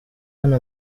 hano